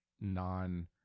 non